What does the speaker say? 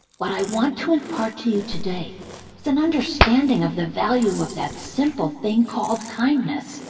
what i want to impart to you today is an understanding of the value of that simple thing called kindness.